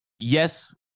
Yes